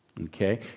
okay